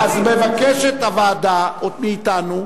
אז מבקשת הוועדה מאתנו,